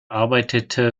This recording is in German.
arbeitete